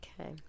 Okay